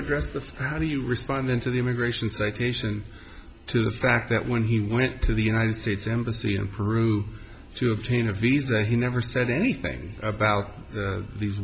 address the how do you respond into the immigration citation to the fact that when he went to the united states embassy in peru to obtain a visa he never said anything about these